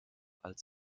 als